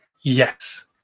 yes